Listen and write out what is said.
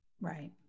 Right